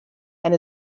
and